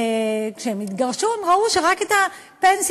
וכשהן התגרשו הן ראו שרק את הפנסיה,